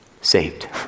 Saved